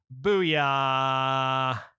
Booyah